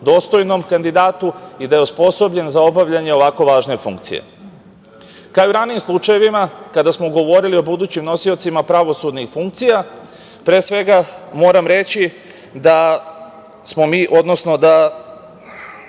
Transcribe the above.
dostojnom kandidatu i da je osposobljen za obavljanje ovako važne funkcije. Kao i u ranijim slučajevima kada smo govorili o budućim nosiocima pravosudnih funkcija pre svega moram reći da smo mi, odnosno da